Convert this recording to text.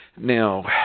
Now